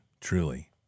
truly